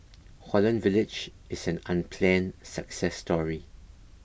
Holland Village is an unplanned success story